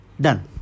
done